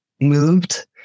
moved